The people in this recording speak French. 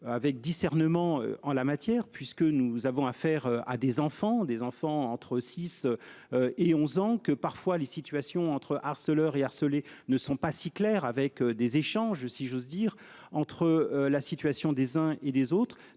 avec discernement en la matière puisque nous avons affaire à des enfants des enfants entre 6. Et 11 ans, que parfois les situations entre harceleurs et harcelés ne sont pas si claires avec des échanges si j'ose dire entre la situation des uns et des autres